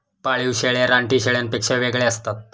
पाळीव शेळ्या रानटी शेळ्यांपेक्षा वेगळ्या असतात